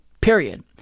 Period